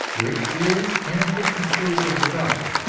which is in a different stage of development,